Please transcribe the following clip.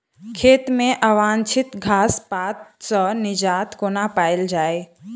खेत मे अवांछित घास पात सऽ निजात कोना पाइल जाइ?